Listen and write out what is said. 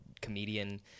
comedian